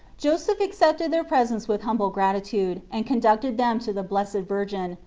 joseph accepted their presents with humble gratitude, and conducted them to the blessed virgin,